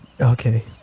Okay